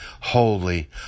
holy